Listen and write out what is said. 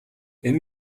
энэ